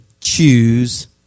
choose